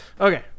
Okay